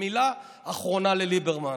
ומילה אחרונה לליברמן: